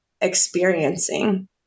experiencing